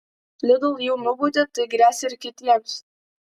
lidl jau nubaudė tai gresia ir kitiems